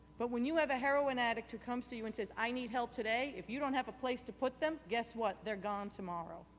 but when you have a heroin addict who comes to you and says i need help today, if you don't have a place to put them, guess what? they are gone tomorrow.